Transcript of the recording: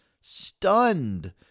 stunned